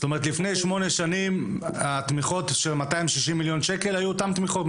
כלומר לפני שמונה שנים התמיכות של 260 מיליון שקל היו אותן תמיכות?